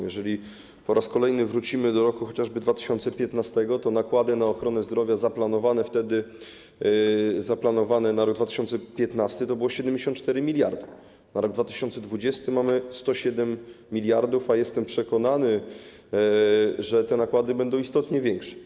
Jeżeli po raz kolejny wrócimy do roku chociażby 2015, to nakłady na ochronę zdrowia zaplanowane wtedy, zaplanowane na rok 2015, to było 74 mld, na rok 2020 mamy 107 mld, a jestem przekonany, że te nakłady będą istotnie większe.